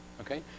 okay